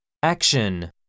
action